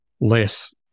less